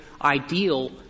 ideal –